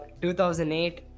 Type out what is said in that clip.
2008